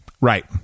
Right